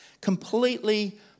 Completely